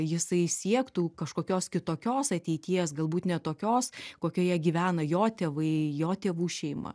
jisai siektų kažkokios kitokios ateities galbūt ne tokios kokioje gyvena jo tėvai jo tėvų šeima